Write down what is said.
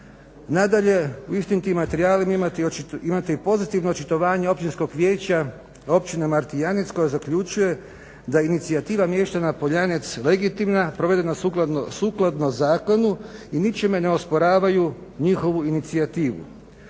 Nadalje, u istim tim materijalima imate i pozitivno očitovanje Općinskog vijeća Općine Martijanec koje zaključuje da je inicijativa mještana Poljanec legitimna, provedena sukladno zakonu i ničime ne osporavaju njihovu inicijativu.